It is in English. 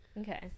Okay